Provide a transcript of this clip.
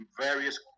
various